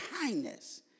kindness